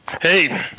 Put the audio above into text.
Hey